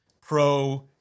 Pro